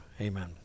amen